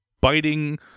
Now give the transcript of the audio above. biting